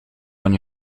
van